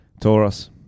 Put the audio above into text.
Taurus